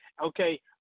Okay